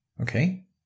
Okay